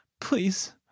please